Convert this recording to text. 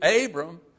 Abram